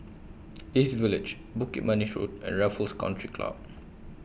East Village Bukit Manis Road and Raffles Country Club